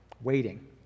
Waiting